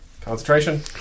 Concentration